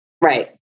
Right